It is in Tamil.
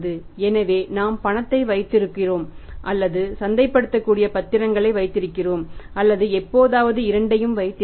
எனவே நாம் பணத்தை வைத்திருக்கிறோம் அல்லது சந்தைப்படுத்தக்கூடிய பத்திரங்களை வைத்திருக்கிறோம் அல்லது எப்போதாவது இரண்டையும் வைத்திருக்கிறோம்